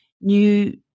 new